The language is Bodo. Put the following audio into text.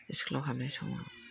स्खुलाव हाबनाय समाव